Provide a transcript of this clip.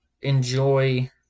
enjoy